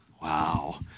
Wow